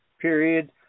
period